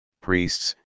priests